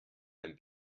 ein